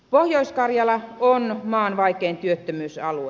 pohjois karjala on maan vaikein työttömyysalue